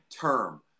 term